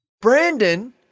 Brandon